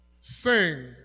Sing